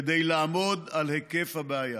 כדי לעמוד על היקף הבעיה.